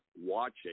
watching